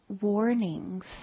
warnings